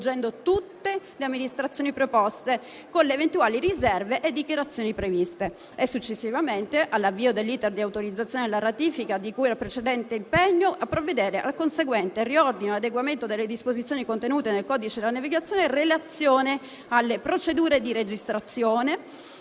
all'avvio dell'*iter* di autorizzazione alla ratifica di cui al precedente impegno, a provvedere al conseguente riordino e adeguamento delle disposizioni contenute nel codice della navigazione in relazione alle procedure di registrazione